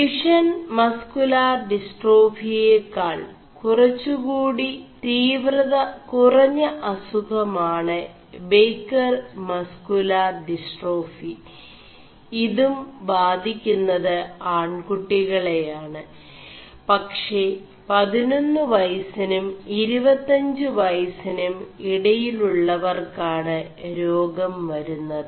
ഡçøഷൻ muscular ഡിസ്േ4ടാഫിയ ാൾ കുറggകൂടി തീ4വത കുറ അസുഖമാണ് െബ ർ മസ് ുലാർ ഡിസ്േ4ടാഫി ഇതും ബാധി ുMതു ആൺകുƒികെളയാണ് പെ 11 വയസിനും 25 വയസിനും ഇടയിലുøവർ ാണ് േരാഗം വരുMത്